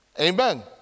Amen